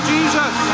Jesus